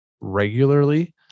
regularly